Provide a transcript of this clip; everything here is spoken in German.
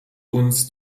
uns